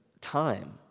time